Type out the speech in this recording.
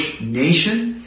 nation